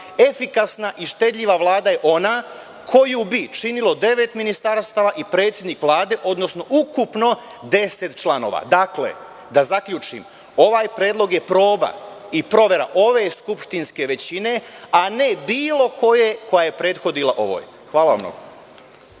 Vlade. Efikasna i štedljiva Vlada je ona koju bi činilo devet ministarstava i predsednik Vlade, odnosno ukupno 10 članova. Dakle, da zaključim, ovaj predlog je proba i provera ove skupštinske većine, a ne bilo koje ja je prethodila ovoj. Hvala.